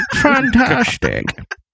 Fantastic